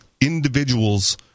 individuals